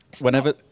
whenever